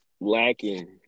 lacking